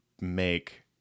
make